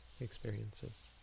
experiences